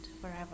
forever